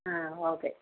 ആ ഓക്കെ